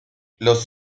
los